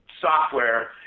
software